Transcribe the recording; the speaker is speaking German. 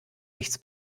nichts